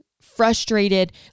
frustrated